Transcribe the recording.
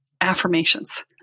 affirmations